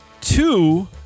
two